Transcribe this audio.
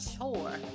chore